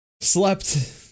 slept